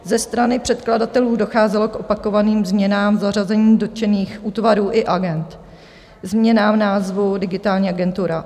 Ze strany předkladatelů docházelo k opakovaným změnám zařazení dotčených útvarů i agend, změnám v názvu Digitální agentura.